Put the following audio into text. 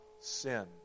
sin